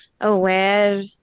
aware